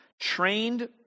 trained